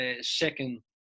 second